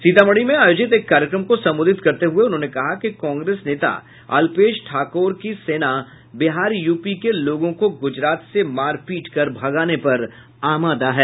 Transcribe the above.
सीतामढ़ी में आयोजित एक कार्यक्रम को संबोधित करते हुए उन्होंने कहा कि कांग्रेस नेता अल्पेश ठाकोर की सेना बिहार यूपी के लोगों को गूजरात से मार पीट कर भगाने पर आमादा है